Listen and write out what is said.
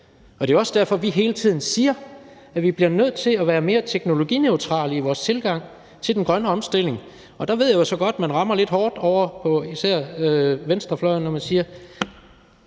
Det er også derfor, vi hele tiden siger, at vi bliver nødt til at være mere teknologineutrale i vores tilgang til den grønne omstilling. Og der ved jeg så godt, at man rammer lidt hårdt ovre på især venstrefløjen, når man siger,